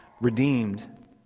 redeemed